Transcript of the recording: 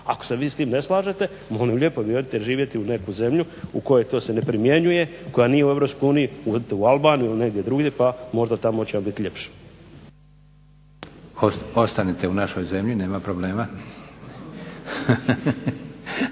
Ako se vi s tim ne slažete, molim lijepo vi idite živjeti u neku zemlju u kojoj to se ne primjenjuje, koja nije u EU, odite u Albaniju ili negdje drugdje, možda tamo će vam biti ljepše. **Leko, Josip (SDP)** Ostanite u našoj zemlji nema problema.